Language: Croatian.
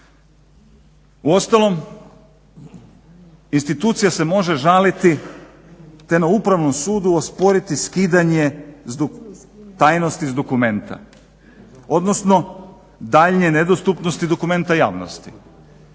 Uostalom institucija se može žaliti te na Upravnom sudu osporiti skidanje tajnosti s dokumenta odnosno daljnje nedostupnosti dokumenta javnosti.